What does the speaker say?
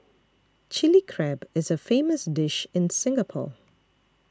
Chilli Crab is a famous dish in Singapore